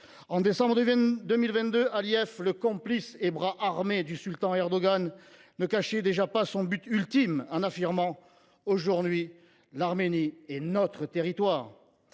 en décembre 2022, Aliev, le complice et bras armé du sultan Erdogan, ne cachait pas son but, en affirmant :« Aujourd’hui, l’Arménie est notre territoire.